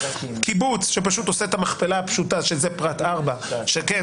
קיבוץ שפשוט עושה את המכפלה הפשוטה שזה פרט 4 שכן